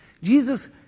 Jesus